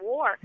War